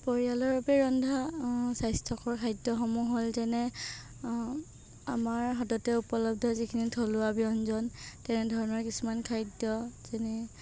পৰিয়ালৰ বাবে ৰন্ধা স্বাস্থ্যকৰ খাদ্যসমূহ হ'ল যেনে আমাৰ হাততে উপলব্ধ যিখিনি থলুৱা ব্যঞ্জন তেনেধৰণৰ কিছুমান খাদ্য যেনে